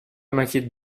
m’inquiète